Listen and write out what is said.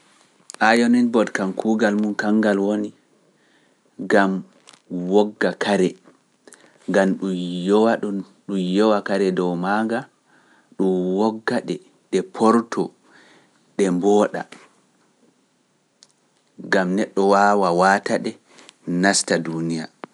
Ayonin bod kam kuugal mum kangal woni, gam wogga kare, ngam ɗum yowa kare dow maa ngaa, ɗum wogga ɗe ɗe porto, ɗe mbooɗa, gam neɗɗo waawa waata ɗe nasta duuniya.